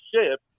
ship